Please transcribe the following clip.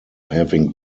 having